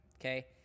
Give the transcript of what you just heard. okay